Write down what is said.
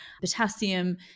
potassium